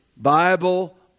Bible